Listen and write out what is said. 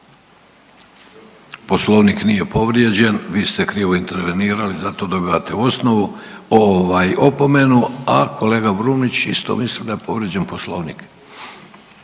Poslovnik nije povrijeđen. Vi ste krivo intervenirali zato dobivate osnovu, ovaj opomenu, a kolega Brumnić isto misli da je povrijeđen Poslovnik.